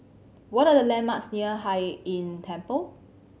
what are the landmarks near Hai Inn Temple